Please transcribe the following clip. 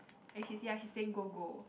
and she's ya she's saying go go